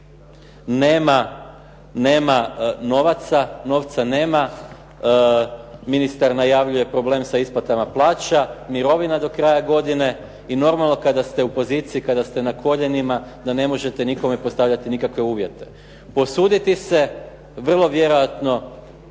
Nema novaca, ministar najavljuje problem sa isplatama plaća, mirovina do kraja godine. I normalno, kada ste u poziciji, kada ste na koljenima da ne možete nikome postavljati nikakve uvjete. Posuditi se će se teško